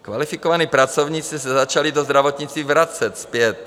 Kvalifikovaní pracovníci se začali do zdravotnictví vracet zpět.